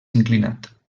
inclinat